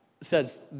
says